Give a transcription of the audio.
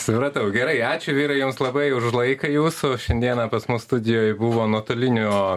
supratau gerai ačiū vyrai jiems labai už laiką jūsų šiandieną pas mus studijoj buvo nuotoliniu